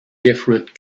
different